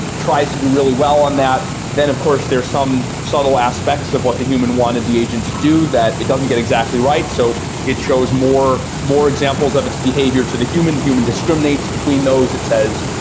tries to do really well on that, then of course there's some subtle aspects of what the human wanted the agent to do that it doesn't get exactly right, so it shows more more examples of its behavior to the human, the human discriminates between those. it says,